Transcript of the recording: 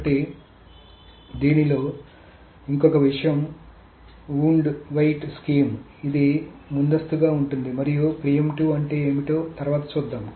కాబట్టి దీనిలో ఇంకొక విషయం వవుండ్ వెయిట్ స్కీమ్ ఇది ముందస్తుగా ఉంటుంది మరియు ప్రీమిప్టివ్ అంటే ఏమిటో తర్వాత చూద్దాం